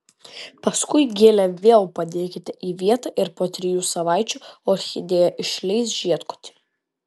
paskui gėlę vėl padėkite į vietą ir po trijų savaičių orchidėja išleis žiedkotį